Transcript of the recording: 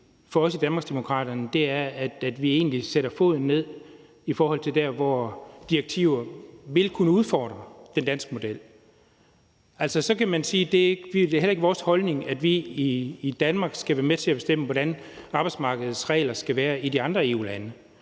for os i Danmarksdemokraterne, er, at vi egentlig sætter foden ned der, hvor direktiver vil kunne udfordre den danske model. Det er heller ikke vores holdning, at vi i Danmark skal være med til at bestemme, hvordan arbejdsmarkedets regler skal være i de andre EU-lande.